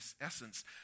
essence